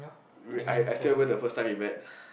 re~ I still remember the first time we met